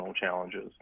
challenges